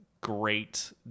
great